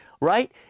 right